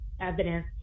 evidence